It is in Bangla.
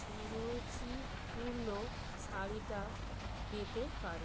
সুরুচিপূর্ণ শাড়িটা পেতে পারেন